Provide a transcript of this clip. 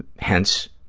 hence,